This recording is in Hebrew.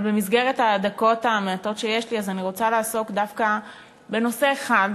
אבל בדקות המעטות שיש לי אני רוצה לעסוק דווקא בנושא אחד